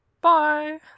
Bye